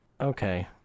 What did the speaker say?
Okay